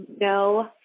no